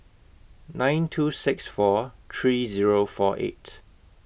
nine two six four three Zero four eight